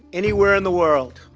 anywhere in the world,